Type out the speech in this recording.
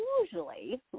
usually